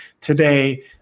today